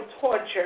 torture